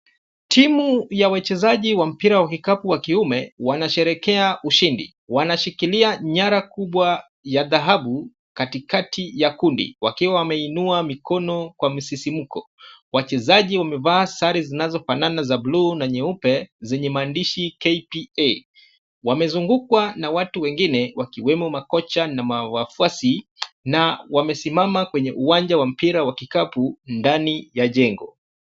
Timu ya wachezaji wa mpira wa kikapu wa kiume wanasherehekea ushindi. Wanashikilia nyara kubwa ya dhahabu katikati ya kundi wakiwa wameinua mikono kwa msisimko. Wachezaji wamevaa sare zinazofanana za bluu na nyeupe zenye maandishi KPA. Wamezungukwa na watu wengine wakiwemo makocha na wafuasi, na wamesimama kwenye uwanja wa mpira wa kikapu ndani ya jengo.